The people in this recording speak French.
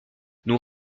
nous